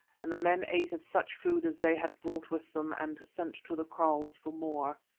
and the men ate of such food as they had brought with them, and sent to the kraals for more.